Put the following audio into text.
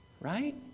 Right